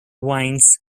wines